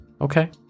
okay